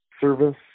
service